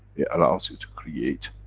it allows you to create